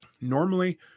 Normally